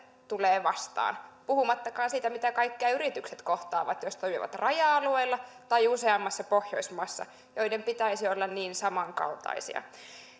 tulee vastaan puhumattakaan siitä mitä kaikkea yritykset kohtaavat jos ne toimivat raja alueilla tai useammassa pohjoismaassa joiden pitäisi olla niin samankaltaisia